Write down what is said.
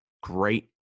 great